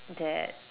that